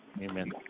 Amen